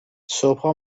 صبحا